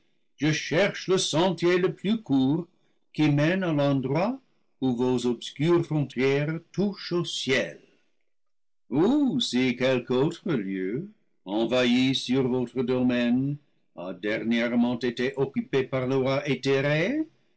je cherche le sentier le plus court qui mène à l'endroit où vos obscures frontières touchent au ciel ou si quelque autre lieu envahi sur votre domaine a dernièrement été oc cupé par le roi éthéré